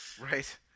Right